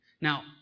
Now